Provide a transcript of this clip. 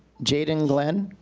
jaden glenn.